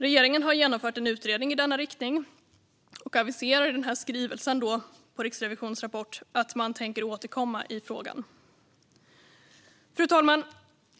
Regeringen har genomfört en utredning i denna riktning och aviserar i sin skrivelse på Riksrevisionens rapport att man tänker återkomma i frågan. Fru talman!